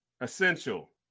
Essential